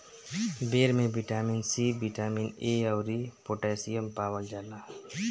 बेर में vitamin C, vitamin A अउरी पोटैशियम पावल जाला